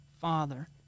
father